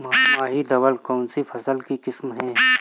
माही धवल कौनसी फसल की किस्म है?